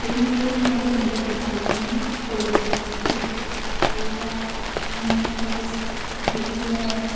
সেইখিনি কৰিও মই এতিয়া নিজৰ উপাৰ্জনখিনি কৰি আছোঁ সেইটো এটা আৰু এটা মেকআপ আৰ্টিষ্ট সেইটো মই